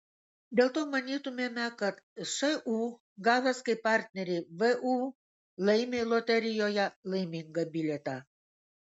dėl to manytumėme kad šu gavęs kaip partnerį vu laimi loterijoje laimingą bilietą